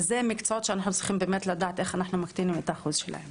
ואלה מקצועות שאנחנו צריכים באמת לדעת איך אנחנו מקטינים את האחוז שלהם.